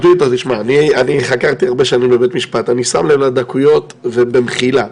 אני מבקש לשאול לא לגבי האיש אלא לגבי הישות ששכרה את פעולותיו.